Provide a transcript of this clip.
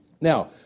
Now